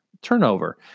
Turnover